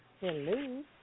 Hello